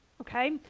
okay